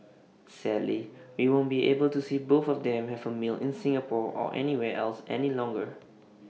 sadly we won't be able to see both of them have A meal in Singapore or anywhere else any longer